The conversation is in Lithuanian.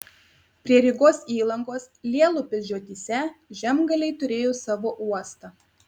prie rygos įlankos lielupės žiotyse žemgaliai turėjo savo uostą